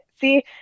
See